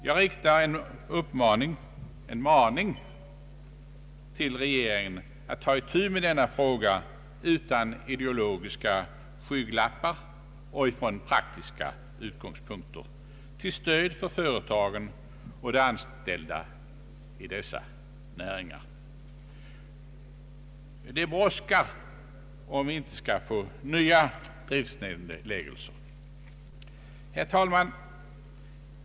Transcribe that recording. Jag riktar en maning till regeringen att ta itu med denna fråga utan ideologiska skygglappar och från praktiska utgångspunkter till stöd för företagen och de anställda i dessa näringar. Det är bråttom, om vi inte skall få nya driftsnedläggelser. Herr talman!